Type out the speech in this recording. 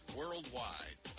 worldwide